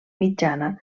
mitjana